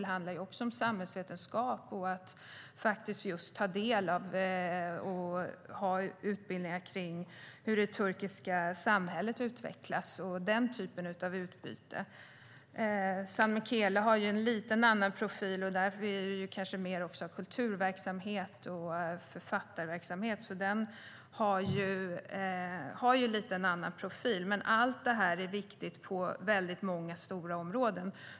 Där handlar det om samhällsvetenskap och att just ta del av och ha utbildningar om hur det turkiska samhället utvecklas och den typen av utbyte. San Michele har en annan profil. Där handlar det kanske mer om kulturverksamhet och författarverksamhet. Men allt det här är viktigt på många stora områden.